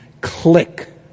Click